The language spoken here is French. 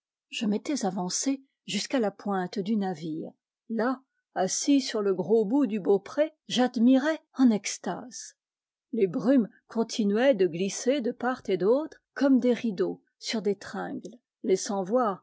je m'étais avancé jusqu'à la pointe du navire là assis sur le gros bout du beaupré j'admirais en extase les brumes continuaient de glisser de part et d'autre comme des rideaux sur des tringles laissant voir